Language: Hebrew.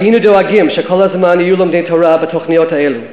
והיינו דואגים שכל הזמן יהיו לומדי תורה בתוכניות האלה,